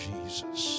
Jesus